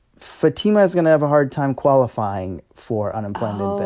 fatima is going to have a hard time qualifying for unemployment